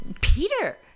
Peter